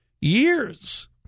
years